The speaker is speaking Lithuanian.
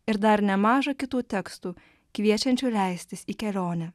ir dar nemaža kitų tekstų kviečiančių leistis į kelionę